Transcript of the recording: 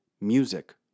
music